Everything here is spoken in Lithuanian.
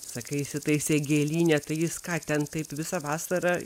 sakai įsitaisė gėlyne tai jis ką ten taip visą vasarą